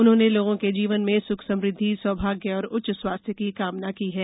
उन्होंने लोगों के जीवन में सुख समृद्धि सौभाग्य और उच्च स्वास्थ्य की कामना की है